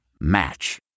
Match